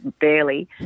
barely